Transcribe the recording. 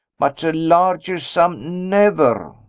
but a larger sum never!